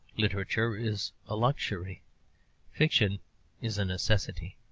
literature is a luxury fiction is a necessity.